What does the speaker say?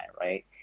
right